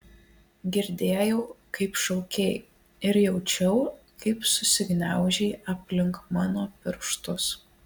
girdėjau kaip šaukei ir jaučiau kaip susigniaužei aplink mano pirštus